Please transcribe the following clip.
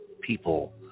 people